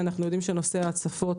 אנחנו יודעים שנושא ההצפות